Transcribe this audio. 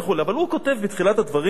אבל הוא כותב בתחילת הדברים,